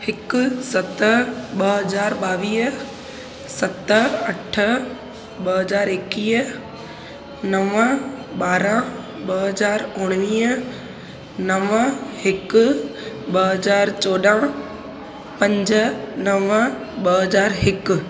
हिकु सत ॿ हज़ार ॿावीह सत अठ ॿ हज़ार एकवीह नव ॿारहं ॿ हज़ार उणिवीह नव हिकु ॿ हज़ार चौॾहं पंज नव ॿ हज़ार हिकु